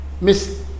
Miss